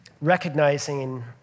recognizing